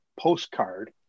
postcard